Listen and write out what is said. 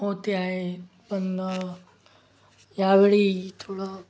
हो ते आहे पण यावेळीही थोडं